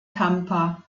tampa